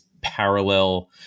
parallel